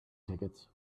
tickets